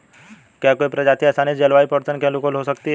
क्या कोई प्रजाति आसानी से जलवायु परिवर्तन के अनुकूल हो सकती है?